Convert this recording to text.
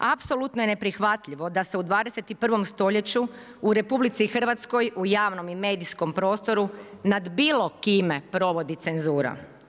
Apsolutno je neprihvatljivo, da se u 21. st. u RH, u javnom i medijskom prostoru nad bilo kime provodi cenzura.